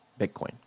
Bitcoin